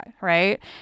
right